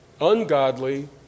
ungodly